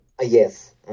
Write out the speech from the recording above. Yes